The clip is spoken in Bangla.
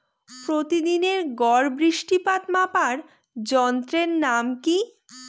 প্রতিদিনের গড় বৃষ্টিপাত মাপার যন্ত্রের নাম কি?